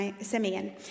Simeon